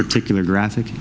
particular graphic